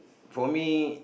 for me